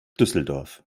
düsseldorf